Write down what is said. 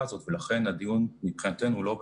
הזו ולכן הדיון מבחינתנו הוא לא ב-2024,